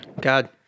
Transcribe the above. God